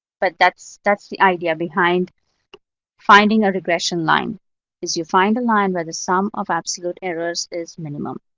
but that's that's the idea behind finding a regression line is you find the line where the sum of absolute errors is minimum.